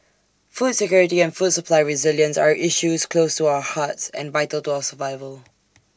food security and food supply resilience are issues close to our hearts and vital to our survival